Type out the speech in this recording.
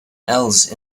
else